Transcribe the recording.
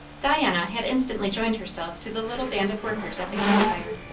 diana had instantly joined herself to the little band of workers at the camp fire.